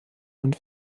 und